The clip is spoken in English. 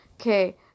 okay